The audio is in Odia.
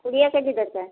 କୋଡ଼ିଏ କେ ଜି ଦରକାର